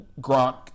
Gronk